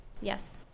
Yes